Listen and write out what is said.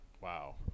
wow